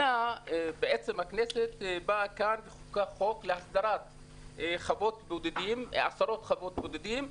הכנסת חוקקה חוק להסדרת עשרות חוות בודדים,